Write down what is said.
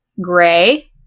gray